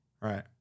Right